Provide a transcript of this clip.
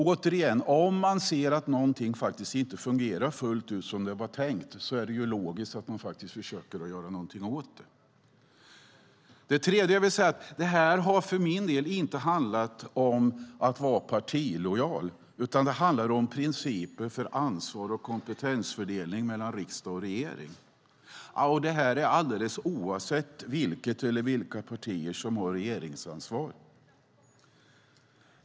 Det andra: Om man ser att någonting inte fungerar fullt ut som det var tänkt är det logiskt att man försöker göra någonting åt det. Det tredje: Det här har för min del inte handlat om att vara partilojal, utan det handlar om principer för ansvar och kompetensfördelning mellan riksdag och regering, och det alldeles oavsett vilket eller vilka partier som har regeringsansvaret.